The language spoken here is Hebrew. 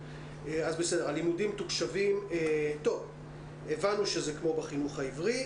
הבנו שזה כמו בחינוך העברי,